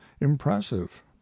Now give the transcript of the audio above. impressive